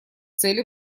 цели